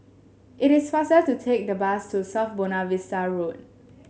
it is faster to take the bus to South Buona Vista Road